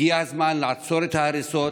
הגיע הזמן לעצור את ההריסות,